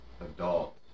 adult